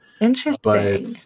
Interesting